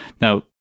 Now